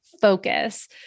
Focus